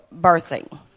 birthing